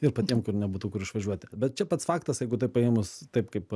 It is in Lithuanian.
ir patiem kur nebūtų kur išvažiuoti bet čia pats faktas jeigu taip paėmus taip kaip